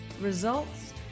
results